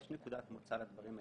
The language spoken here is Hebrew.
יש נקודת מוצא לדברים האלה.